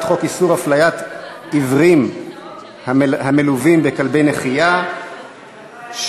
חוק איסור הפליית עיוורים המלווים בכלבי נחייה (תיקון,